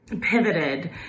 pivoted